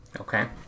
Okay